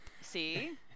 See